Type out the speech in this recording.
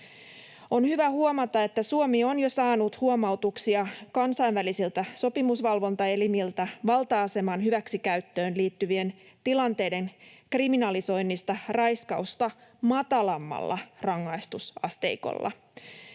On hyvä huomata, että Suomi on jo saanut huomautuksia kansainvälisiltä sopimusvalvontaelimiltä valta-aseman hyväksikäyttöön liittyvien tilanteiden kriminalisoinnista raiskausta matalammalla rangaistusasteikolla.